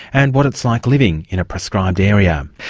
and what it's like living in a prescribed area.